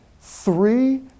Three